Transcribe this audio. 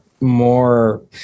more